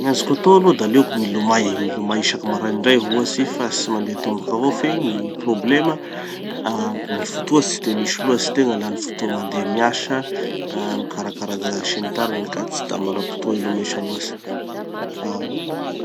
[no] niazoko atao aloha da aleoko milomay, milomay isaky maraindray ohatsy fa tsy mandeha tomboky avao, fe gny problema, ah gny fotoa tsy de misy loatsy. Tegna lany fotoa mandeha miasa, ah mikarakara zaza sy ny tariny da tsy da manam-potoa hilomesa loatsy fa.